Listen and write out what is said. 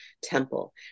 temple